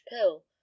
pill